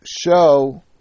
show